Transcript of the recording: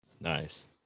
nice